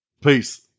Peace